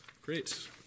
Great